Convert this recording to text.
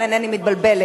לכן אינני מתבלבלת.